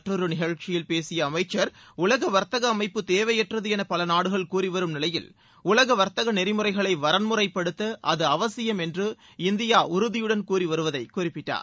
மற்றொரு நிகழ்ச்சியில் பேசிய அமைச்சர் உலக வர்த்தக அமைப்பு தேவையற்றது என பல நாடுகள் கூறி வரும் நிலையில் உலக வர்த்தக நெறிமுறைகளை வரன்முறைப்படுத்த அது அவசியம் என்று இந்தியா உறுதியுடன் கூறிவருவதை குறிப்பிட்டார்